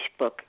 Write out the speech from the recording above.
Facebook